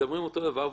שמדברים אותו דבר.